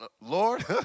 Lord